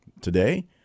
Today